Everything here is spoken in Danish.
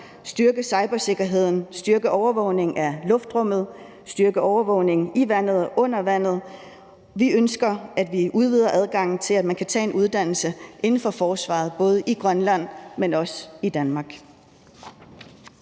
styrke cybersikkerheden, styrke overvågningen af luftrummet, styrke overvågningen i vandet og under vandet. Vi ønsker, at vi udvider adgangen til, at man kan tage en uddannelse inden for forsvaret, både i Grønland, men også i Danmark.